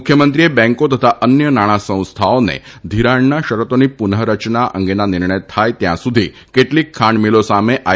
મુખ્યમંત્રીએ બેંકો તથા અન્ય નાણા સંસ્થાઓને ધિરાણના શરતોની પુનર્ચના અંગેના નિર્ણય થાય ત્યાં સુધી કેટલીક ખાંડ મીલો સામે આઇ